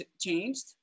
changed